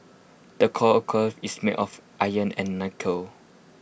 the core occur is made of iron and nickel